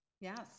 Yes